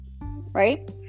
right